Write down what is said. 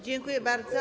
Dziękuję bardzo.